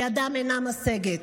שידם אינה משגת.